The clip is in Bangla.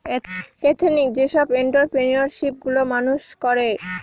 এথেনিক যেসব এন্ট্ররপ্রেনিউরশিপ গুলো মানুষ করে